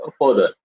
further